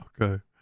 okay